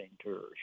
Tours